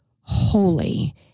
holy